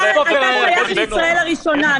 אתה שייך לישראל הראשונה,